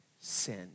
sin